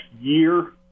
year